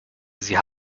sie